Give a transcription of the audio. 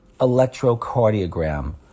electrocardiogram